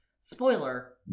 Spoiler